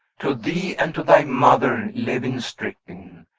to thee, and to thy mother levin-stricken,